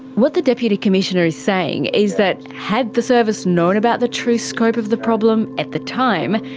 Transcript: what the deputy commissioner is saying is that had the service known about the true scope of the problem at the time,